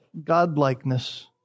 Godlikeness